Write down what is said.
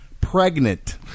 pregnant